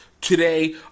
today